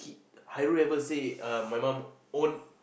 Hairu ever say err my mum own